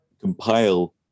compile